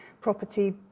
property